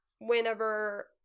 whenever